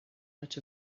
much